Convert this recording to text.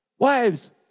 Wives